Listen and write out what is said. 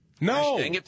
No